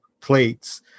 plates